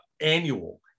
annual